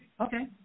Okay